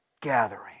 gathering